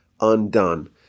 undone